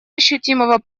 ощутимого